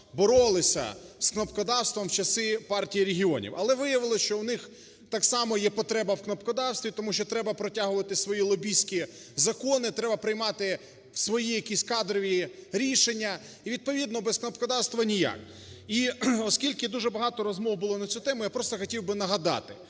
боролися з кнопкодавством у часи Партії регіонів. Але виявилося, що у них так само є потреба у кнопкодавстві, тому що треба протягувати свої лобістські закони, треба приймати свої якісь кадрові рішення і відповідно без кнопкодавства ніяк. І оскільки дуже багато розмов було на цю тему, я просто хотів би нагадати,